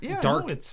dark